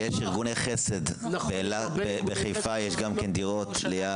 יש ארגוני חסד, גם בחיפה יש דירות ליד.